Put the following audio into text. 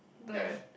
bland